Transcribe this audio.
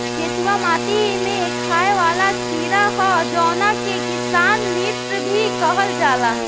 केचुआ माटी में खाएं वाला कीड़ा ह जावना के किसान मित्र भी कहल जाला